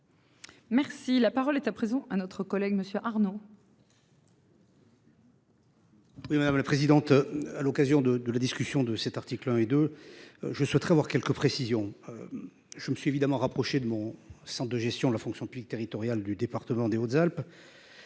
Merci la parole est à présent un autre collègue monsieur Arnaud. Oui madame la présidente. À l'occasion de de la discussion de cet article 1 et 2. Je souhaiterais avoir quelques précisions. Je me suis évidemment rapproché de mon sang de gestion de la fonction publique territoriale du département des Hautes-Alpes.